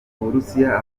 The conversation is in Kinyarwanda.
burusiya